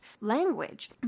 language